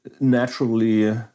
naturally